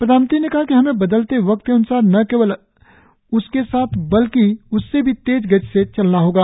प्रधानमंत्री ने कहा है कि हमें बदलते वक्त के अन्सार न केवल उसके साथ बल्कि उससे भी तेज गति से चलना होगा